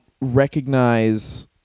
recognize